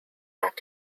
back